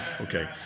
Okay